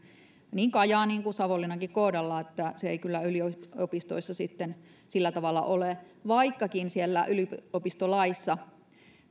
niin kajaanin kuin savonlinnankin kohdalla se ei välttämättä kyllä yliopistoissa sillä tavalla ole vaikkakin yliopistolaissa